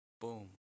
boom